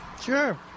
sure